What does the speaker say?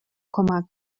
کمک